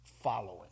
following